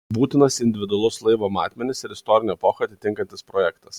būtinas individualus laivo matmenis ir istorinę epochą atitinkantis projektas